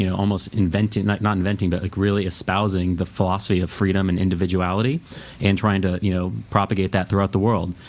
you know almost inventive not not inventing but like really espousing the philosophy of freedom and individuality and trying to, you know, propagate that throughout the world.